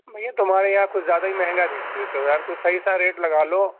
بھیا تمہارے یہاں کچھ زیادہ ہی مہنگا دیتے ہو یار کچھ صحیح سا ریٹ لگا لو